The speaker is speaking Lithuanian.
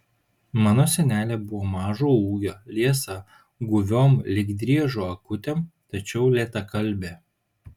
mano senelė buvo mažo ūgio liesa guviom lyg driežo akutėm tačiau lėtakalbė